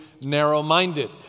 narrow-minded